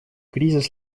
кризис